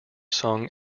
sung